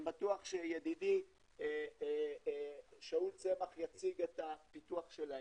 אני בטוח שידידי שאול צמח יציג את הפיתוח שלהם.